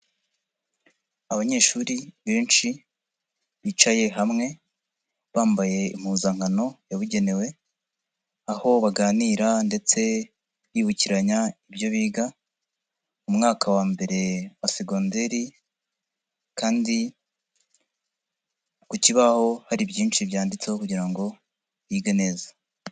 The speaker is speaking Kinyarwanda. Abanyeshuri benshi, bicaye hamwe, bambaye impuzankano yabugenewe, aho baganira ndetse bibukiranya ibyo biga, umwaka wa mbere wa segonderi kandi ku kibaho hari byinshi byanditseho kugira ngo bige neza.